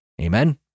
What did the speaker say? Amen